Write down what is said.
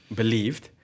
believed